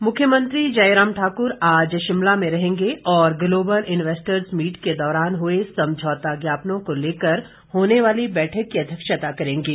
मुख्यमंत्री मुख्यमंत्री जयराम ठाक्र आज शिमला में रहेगें और ग्लोबल इन्वैस्टर्स मीट के दौरान हुए समझौता ज्ञापनों को लेकर होने वाली बैठक की अध्यक्षता करेंगे